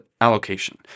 allocation